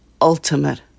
ultimate